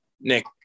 Nick